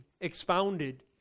expounded